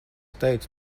teicu